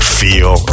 feel